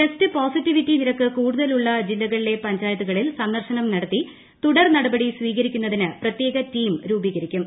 test positivity നിരക്ക് കൂടുതലുള്ള ജില്ലകളിലെ പഞ്ചായത്തുകളിൽ സന്ദർശനം നടത്തി തുടർ നടപടി സ്വീകരിക്കുന്നതിന് പ്രത്യേക ടീം രൂപീകരിക്കും